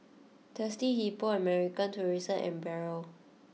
Thirsty Hippo American Tourister and Barrel